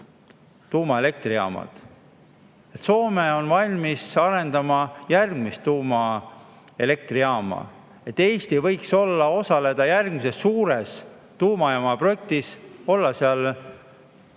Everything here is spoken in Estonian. tuumaelektrijaamad. Soome on valmis arendama järgmist tuumaelektrijaama, Eesti võiks osaleda järgmises suures tuumajaamaprojektis, olla seal kas